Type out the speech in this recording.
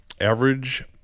average